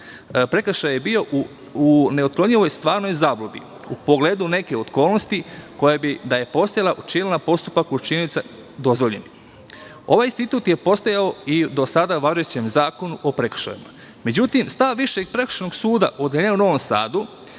prekršaja bio u neotklonjivoj stvarnoj zabludi u pogledu neke okolnosti koja bi da je postojala učinila postupak učinioca dozvoljenim. Ovaj institut je postojao i u do sada važećem Zakonu o prekršajima.Međutim, stav Višeg prekršajnog suda u Novom Sadu